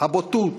הבוטות,